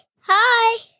Hi